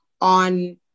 on